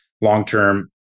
long-term